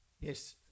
Yes